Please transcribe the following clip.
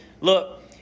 look